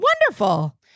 Wonderful